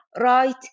right